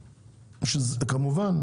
כמובן,